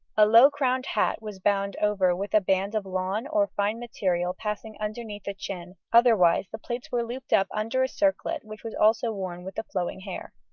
a low-crowned hat was bound over with a band of lawn or fine material passing underneath the chin, otherwise the plaits were looped up under a circlet which was also worn with the flowing hair.